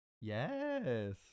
Yes